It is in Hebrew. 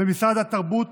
במשרד התרבות